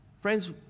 Friends